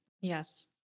Yes